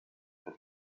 but